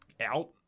out